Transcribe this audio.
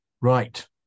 right